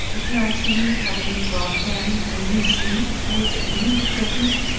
but can i truly have a new frock, mammy, and new shoes and is it really christmas?